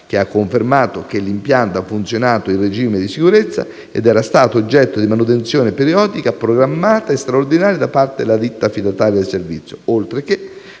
che ha confermato che l'impianto ha funzionato in regime di sicurezza ed era stato oggetto di manutenzione periodica, programmata e straordinaria da parte della ditta affidataria del servizio, oltre che